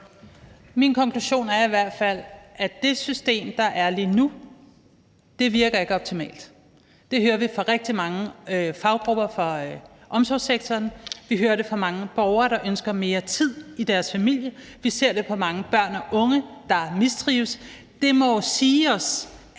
Min konklusion er i hvert fald, at det system, der er lige nu, ikke virker optimalt. Det hører vi fra rigtig mange faggrupper fra omsorgssektoren, vi hører det fra mange borgere, der ønsker mere tid i deres familie. Vi ser det hos mange børn og unge, der mistrives. Det må sige os, at